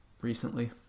recently